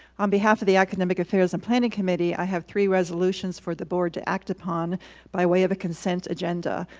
on behalf of the academic affairs and planning committee i have three resolutions for the board to act upon by way of a consent agenda.